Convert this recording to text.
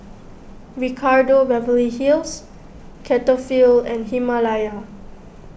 Ricardo Beverly Hills Cetaphil and Himalaya